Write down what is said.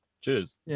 Cheers